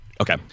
Okay